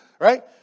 Right